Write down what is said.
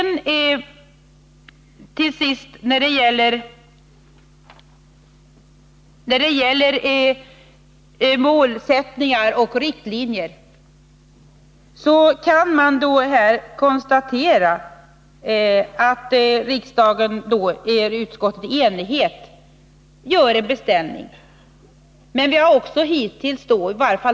När det till sist gäller målsättningar och riktlinjer, kan man konstatera att riksdagen i enlighet med utskottets förslag gör en beställning.